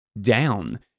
down